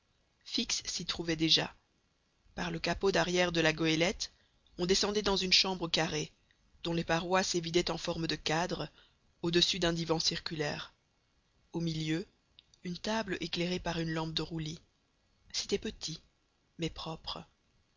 fix s'y trouvait déjà par le capot d'arrière de la goélette on descendait dans une chambre carrée dont les parois s'évidaient en forme de cadres au dessus d'un divan circulaire au milieu une table éclairée par une lampe de roulis c'était petit mais propre